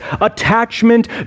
attachment